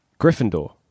Gryffindor